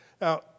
Now